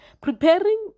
preparing